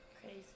Crazy